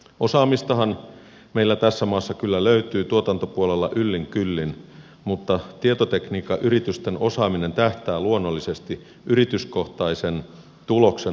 osaamistahan meillä tässä maassa kyllä löytyy tuotantopuolella yllin kyllin mutta tietotekniikkayritysten osaaminen tähtää luonnollisesti yrityskohtaisen tuloksen maksimointiin